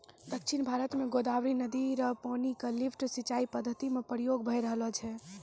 दक्षिण भारत म गोदावरी नदी र पानी क लिफ्ट सिंचाई पद्धति म प्रयोग भय रहलो छै